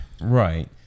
Right